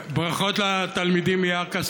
ברכות לתלמידים מירכא,